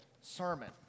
sermon